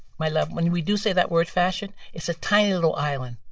my love. when we do say that word fashion, it's a tiny little island.